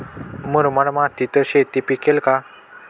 मुरमाड मातीत शेती पिकेल का?